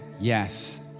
yes